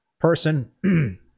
person